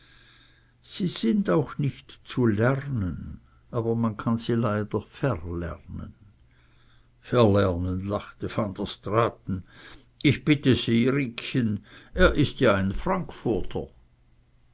sie sind auch nicht zu lernen aber man kann sie leider verlernen verlernen lachte van der straaten ich bitte sie riekchen er ist ja ein frankfurter